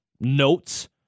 notes